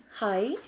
Hi